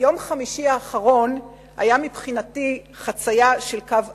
יום חמישי האחרון היה מבחינתי חצייה של קו אדום.